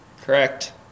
Correct